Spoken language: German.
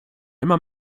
immer